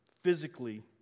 physically